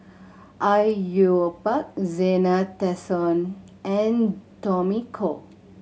Au Yue Pak Zena Tessensohn and Tommy Koh